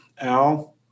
Al